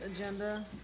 agenda